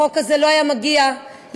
החוק הזה לא היה מגיע לסיומו.